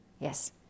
Yes